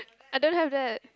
I don't have that